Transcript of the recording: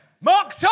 Mark